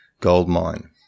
goldmine